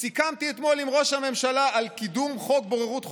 "סיכמתי אתמול עם ראש הממשלה על קידום חוק בוררות חובה,